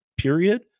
period